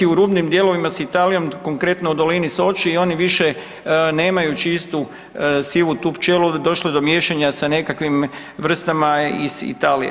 U rubnim dijelovima s Italijom, konkretno u Dolini Soči i oni više nemaju čistu sivu tu pčelu, došlo je do miješanja sa nekakvim vrstama iz Italije.